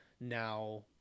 now